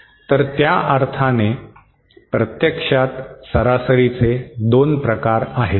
तर त्या अर्थाने प्रत्यक्षात सरासरीचे 2 प्रकार आहेत